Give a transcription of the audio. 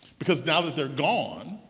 because now that they're gone,